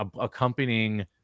accompanying